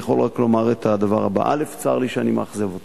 אני יכול רק לומר את הדבר הבא: צר לי שאני מאכזב אותך,